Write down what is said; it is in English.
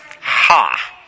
Ha